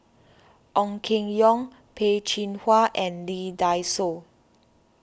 Ong Keng Yong Peh Chin Hua and Lee Dai Soh